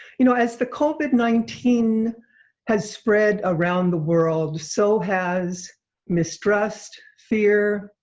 you know as the covid nineteen has spread around the world so has mistrust, fear,